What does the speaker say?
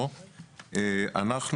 אנחנו